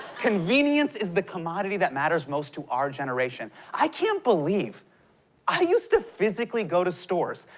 convenience is the commodity that matters most to our generation. i can't believe i used to physically go to stores,